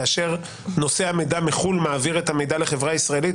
כאשר נושא המידע מחו"ל מעביר את המידע לחברה הישראלי,